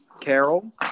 carol